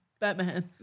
Batman